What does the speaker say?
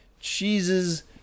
Cheese's